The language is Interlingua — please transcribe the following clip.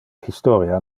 historia